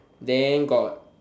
then got